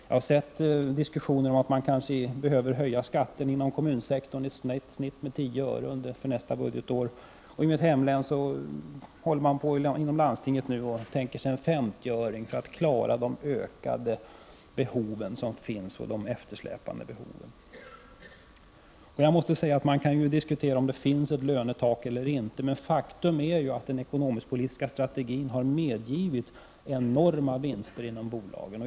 Det har förekommit diskussioner om att man kan behöva höja skatten inom kommunsektorn med i snitt 10 öre för nästa budgetår. I landstinget i mitt hemlän diskuteras en höjning med 50 öre för att man skall klara de ökade och eftersläpande behoven. Man kan diskutera om det finns ett lönetak eller inte, men faktum är ju att den ekonomisk-politiska strategin lett till enorma vinster för bolagen.